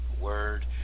word